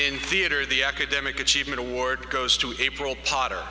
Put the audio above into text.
in theater the academic achievement award goes to april pot